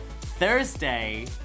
Thursday